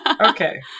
Okay